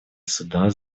суда